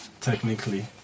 technically